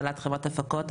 בעלת חברת הפקות.